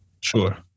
Sure